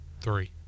Three